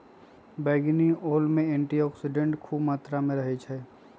बइगनी ओल में एंटीऑक्सीडेंट्स ख़ुब मत्रा में रहै छइ